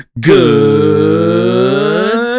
good